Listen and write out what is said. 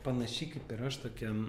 panašiai kaip ir aš tokia